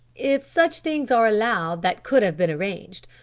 if such things are allowed that could have been arranged,